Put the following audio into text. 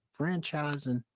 franchising